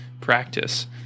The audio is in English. practice